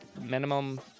minimum